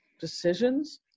decisions